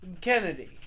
Kennedy